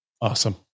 Awesome